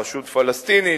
רשות פלסטינית,